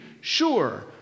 sure